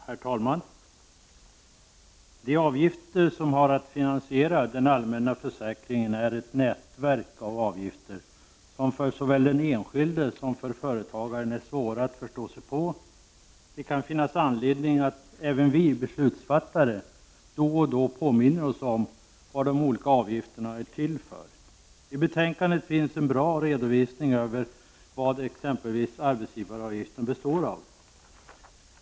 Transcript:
Herr talman! De avgifter som har att finansiera den allmänna försäkringen är ett nätverk av avgifter som för såväl den enskilde som företagaren är svåra att förstå sig på. Det kan finnas anledning att även vi beslutsfattare då och då påminner oss om vad de olika avgifterna är till för. I betänkandet finns en bra redovisning över vad exempelvis arbetsgivaravgifterna består av.